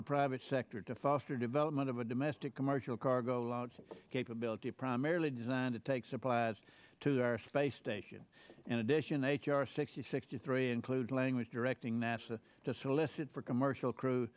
the private sector to foster development of a domestic commercial cargo out capability primarily designed to take supplies to the space station in addition h r six hundred sixty three include language directing nasa to solicit for commercial crew